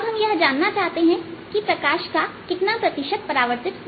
अब हम यह जानना चाहते हैं कि प्रकाश का कितना प्रतिशत परावर्तित हो गया